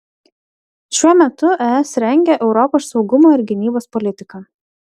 šiuo metu es rengia europos saugumo ir gynybos politiką